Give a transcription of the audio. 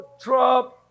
Trump